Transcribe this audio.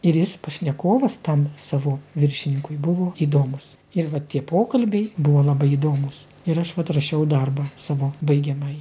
ir jis pašnekovas tam savo viršininkui buvo įdomus ir va tie pokalbiai buvo labai įdomūs ir aš vat rašiau darbą savo baigiamąjį